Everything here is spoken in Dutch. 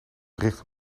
richten